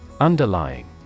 Underlying